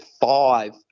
five